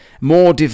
More